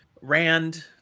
Rand